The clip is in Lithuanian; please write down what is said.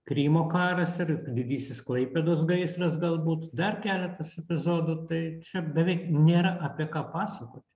krymo karas ir didysis klaipėdos gaisras galbūt dar keletas epizodų tai čia beveik nėra apie ką pasakoti